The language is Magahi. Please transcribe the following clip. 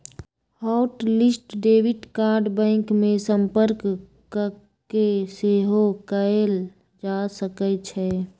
hot list debit card bank में संपर्क कऽके सेहो कएल जा सकइ छै